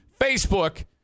Facebook